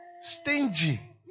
Stingy